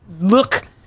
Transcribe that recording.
look